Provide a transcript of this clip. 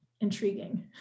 intriguing